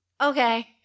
okay